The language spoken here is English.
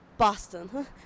Boston